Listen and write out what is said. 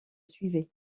suivaient